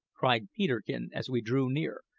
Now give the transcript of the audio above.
cried peterkin as we drew near,